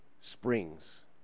springs